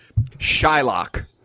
Shylock